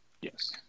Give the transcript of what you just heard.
Yes